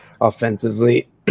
offensively